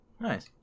Nice